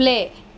play